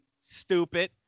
stupid